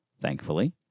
thankfully